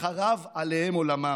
שחרב עליהם עולמם,